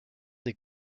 des